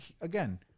again